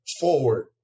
forward